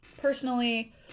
personally